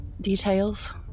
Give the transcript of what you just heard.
details